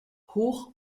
hoch